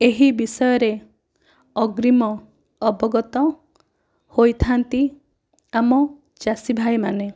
ଏହି ବିଷୟରେ ଅଗ୍ରୀମ ଅବଗତ ହୋଇଥାନ୍ତି ଆମ ଚାଷୀ ଭାଇ ମାନେ